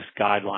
Guidelines